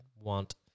want